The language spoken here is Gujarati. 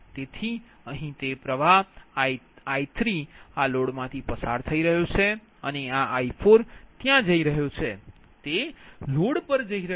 તેથી અહીં તે પ્રવાહ I3 આ લોડમાંથી પસાર થઈ રહ્યો છે અને આ I4 જઈ રહ્યો છે તે લોડ પર જઇ રહ્યો છે